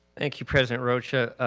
thank you, president rocha.